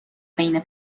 بین